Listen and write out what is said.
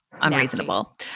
Unreasonable